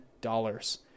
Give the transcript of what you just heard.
dollars